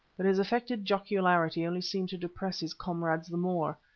but his affected jocularity only seemed to depress his comrades the more.